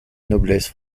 noblesse